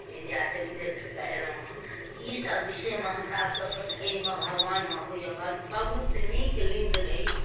बिन्ध्याचली देखिकऽ अएलहुँ हँ ईसब विषयमे हमरासभ तऽ एहिमे भगवानमे होइए बऽ बहुत नीक लिन्ध रही